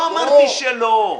לא אמרתי שלא.